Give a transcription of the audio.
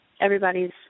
everybody's